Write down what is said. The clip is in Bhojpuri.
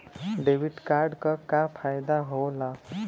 डेबिट कार्ड क का फायदा हो ला?